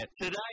Today